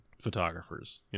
photographers